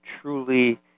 truly